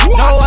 no